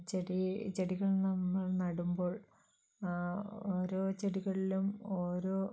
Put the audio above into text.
ചെടി ചെടികൾ നമ്മൾ നടുമ്പോൾ ഓരോ ചെടികളിലും ഓരോ